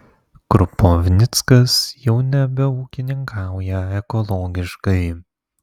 krupovnickas jau nebeūkininkauja ekologiškai